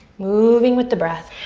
moving with the breath.